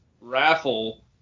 raffle